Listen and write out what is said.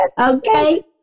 okay